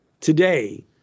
today